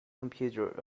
computer